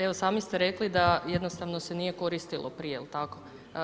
Evo, sami ste rekla da jednostavno se nije koristilo prije, jel tako?